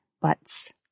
Butts